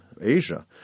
Asia